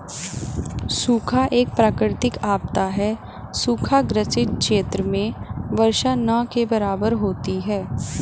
सूखा एक प्राकृतिक आपदा है सूखा ग्रसित क्षेत्र में वर्षा न के बराबर होती है